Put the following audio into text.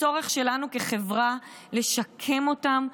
הצורך שלנו כחברה לשקם אותן,